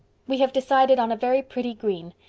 we have decided on a very pretty green.